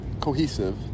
cohesive